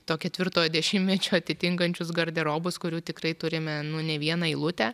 to ketvirto dešimtmečio atitinkančius garderobus kurių tikrai turime ne vieną eilutę